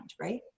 right